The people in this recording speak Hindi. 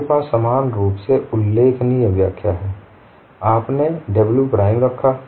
आपके पास समान रूप से उल्लेखनीय व्याख्या है आपने w प्राइम रखा